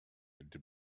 into